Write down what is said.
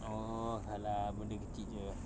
oh ah lah benda kecil jer